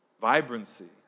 vibrancy